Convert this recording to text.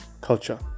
culture